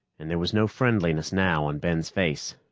and there was no friendliness now on ben's face.